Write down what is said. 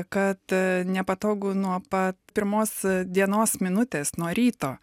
kad nepatogu nuo pat pirmos dienos minutės nuo ryto